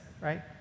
right